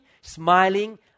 smiling